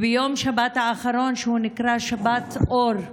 ביום שבת האחרון, שנקרא שבת האור,